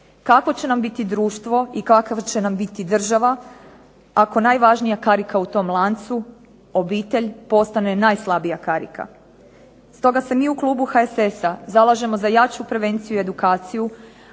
Kakvo će nam biti društvo i kakva će nam biti država, ako najvažnija karika u tom lancu obitelj postane najslabija karika. Stoga se mi u klubu HSS-a zalažemo za jaču prevenciju i edukaciju,